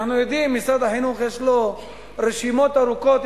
אנחנו יודעים שלמשרד החינוך יש רשימות ארוכות,